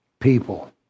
people